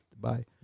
Bye